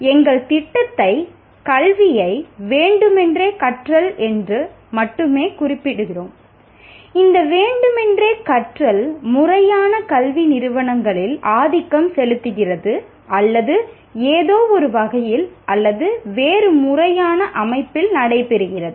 எனவே எங்கள் திட்டத்தை கல்வியை வேண்டுமென்றே கற்றல் என்று மட்டுமே குறிப்பிடுகிறோம் இந்த வேண்டுமென்றே கற்றல் முறையான கல்வி நிறுவனங்களில் ஆதிக்கம் செலுத்துகிறது அல்லது ஏதோ ஒரு வகையில் அல்லது வேறு முறையான அமைப்பில் நடைபெறுகிறது